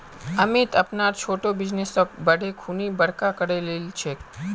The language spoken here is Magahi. अमित अपनार छोटो बिजनेसक बढ़ैं खुना बड़का करे लिलछेक